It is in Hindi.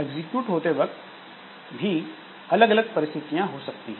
एग्जीक्यूट होते वक्त भी अलग अलग परिस्थितियां हो सकती हैं